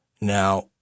Now